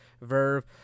Verve